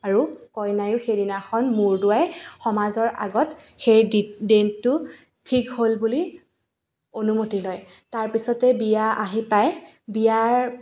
আৰু কইনায়ো সেই দিনাখন মূৰ দোঁৱাই সমাজৰ আগত সেই ডেট দিনটো ঠিক হ'ল বুলি অনুমতি লয় তাৰ পিছতে বিয়া আহি পায় বিয়াৰ